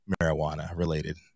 marijuana-related